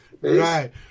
Right